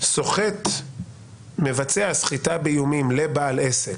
סוחט מבצע סחיטה באיומים לבעל עסק,